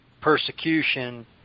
persecution